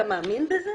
אתה מאמין בזה?